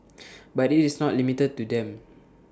but IT is not limited to them